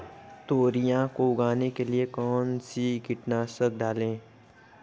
तोरियां को उगाने के लिये कौन सी कीटनाशक डालें?